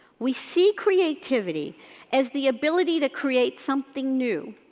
we see creativity as the ability to create something new,